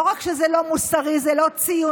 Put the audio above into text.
לא רק שזה לא מוסרי זה לא ציוני.